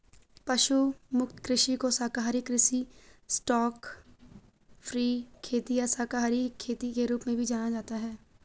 पशु मुक्त कृषि को शाकाहारी कृषि स्टॉकफ्री खेती या शाकाहारी खेती के रूप में भी जाना जाता है